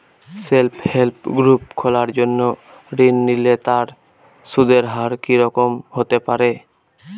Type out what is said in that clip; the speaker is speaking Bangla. সেল্ফ হেল্প গ্রুপ খোলার জন্য ঋণ নিলে তার সুদের হার কি রকম হতে পারে?